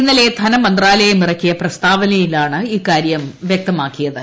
ഇന്നലെ ധനമന്ത്രാലയമിറക്കിയ പ്രസ്താവന്യിലാണ് ഇക്കാര്യം വ്യക്തമാക്കിയത്